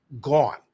gone